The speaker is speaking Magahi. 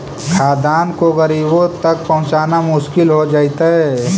खाद्यान्न को गरीबों तक पहुंचाना मुश्किल हो जइतइ